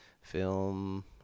film